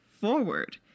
forward